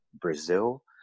Brazil